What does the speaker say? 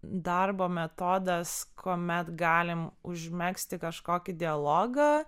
darbo metodas kuomet galim užmegzti kažkokį dialogą